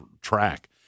track